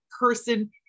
person